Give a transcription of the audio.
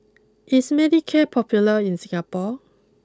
is Manicare popular in Singapore